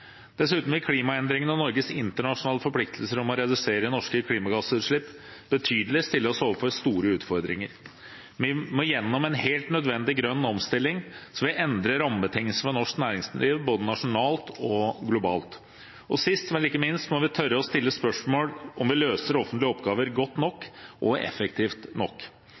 Dessuten vil klimaendringene og Norges internasjonale forpliktelser om å redusere norske klimagassutslipp betydelig stille oss overfor store utfordringer. Vi må gjennom en helt nødvendig grønn omstilling, som vil endre rammebetingelsene for norsk næringsliv, både nasjonalt og globalt. Sist, men ikke minst må vi tørre å stille spørsmål om vi løser offentlige oppgaver godt nok og effektivt nok.